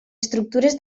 estructures